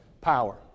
power